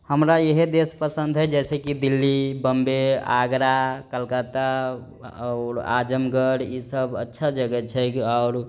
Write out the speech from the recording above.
हमरा ईहे देश पसन्द हए जइसे की दिल्ली बम्बे आगरा कलकत्ता और आजमगढ़ ईसब अच्छा जगह छै और